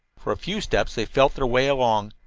for a few steps they felt their way along,